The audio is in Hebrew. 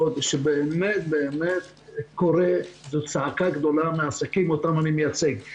שבאמת באמת קורה וזו צעקה גדולה של העסקים אותם אני מייצג.